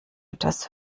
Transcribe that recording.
etwas